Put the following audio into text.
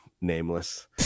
nameless